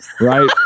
Right